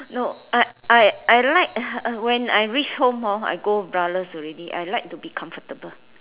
no I I I like uh when I reach home I go braless already I like to be comfortable